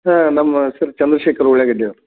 ಹಾಂ ನಮ್ಮ ಹೆಸ್ರು ಚಂದ್ರಶೇಖರ್ ಉಳ್ಳಾಗಡ್ಡಿಯವ್ರು